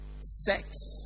Sex